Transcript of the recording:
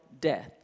death